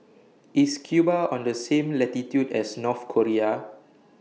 IS Cuba on The same latitude as North Korea